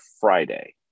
Friday